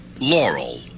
Laurel